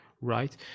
Right